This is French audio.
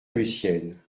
lucienne